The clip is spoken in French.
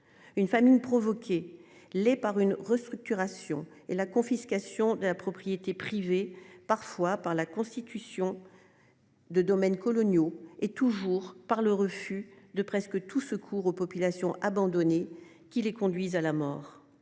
Une famine provoquée les par une restructuration et la confiscation de la propriété privée parfois par la constitution. De domaines coloniaux et toujours par le refus de presque tout secours aux populations abandonnées qui les conduisent à la mort